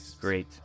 Great